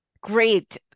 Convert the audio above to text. great